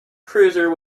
cruiser